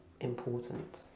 important